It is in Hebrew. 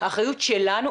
האחריות שלנו,